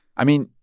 i mean,